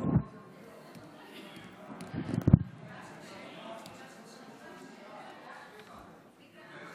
תודה